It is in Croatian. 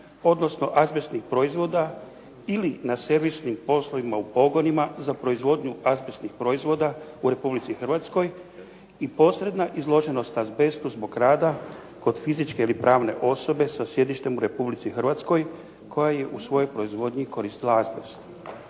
odnosno azbestnih proizvoda ili na servisnim poslovima u pogonima za proizvodnju azbestnih proizvoda u RH i posredna izloženost azbestu zbog rada kod fizičke ili pravne osobe sa sjedištem u RH koja je u svojoj proizvodnji koristila azbest.